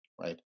right